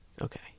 Okay